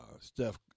Steph